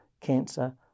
cancer